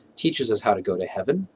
teaches us how to go to heaven.